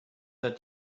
that